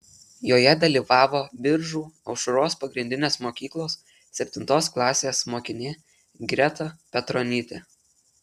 joje dalyvavo biržų aušros pagrindinės mokyklos septintos klasės mokinė greta petronytė